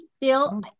bill